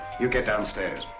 you get downstairs.